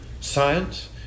science